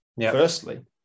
Firstly